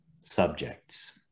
subjects